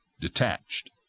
detached